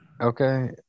Okay